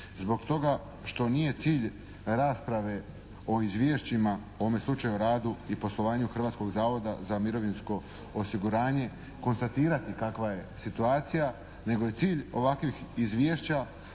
zbog toga što nije cilj rasprave o izvješćima, u ovome slučaju o radu i poslovanju Hrvatskog zavoda za mirovinsko osiguranje, konstatirati kakva je situacija nego je cilj ovakvih izvješća